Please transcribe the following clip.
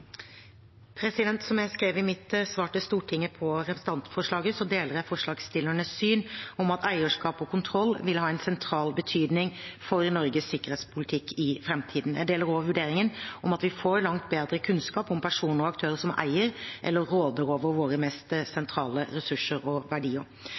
konsensus. Som jeg skrev i mitt svar til Stortinget på representantforslaget, deler jeg forslagsstillernes syn om at eierskap og kontroll vil ha en sentral betydning for Norges sikkerhetspolitikk i framtiden. Jeg deler også vurderingen om at vi får langt bedre kunnskap om personer og aktører som eier eller råder over våre mest